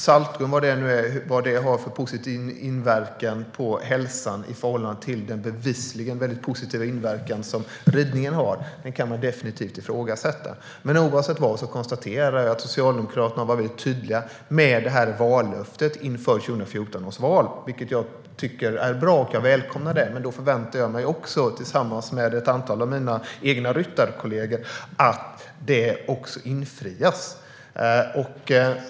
Vilken positiv inverkan som saltrum, vad det nu är, har på hälsan i förhållande till den bevisligen mycket positiva inverkan som ridningen har kan man definitivt ifrågasätta. Men oavsett detta konstaterar jag att Socialdemokraterna var mycket tydliga med detta vallöfte inför 2014 års val, vilket jag tycker är bra och välkomnar. Men då förväntar jag mig också, tillsammans med ett antal av mina ryttarkollegor, att detta vallöfte också infrias.